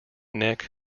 neck